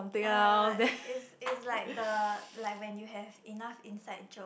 uh it's it's like the like when you have enough inside joke